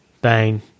bang